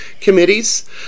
committees